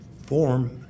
form